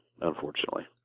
unfortunately